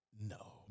No